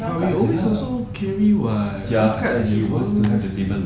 but we always also carry [what] angkat jer [pe]